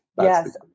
yes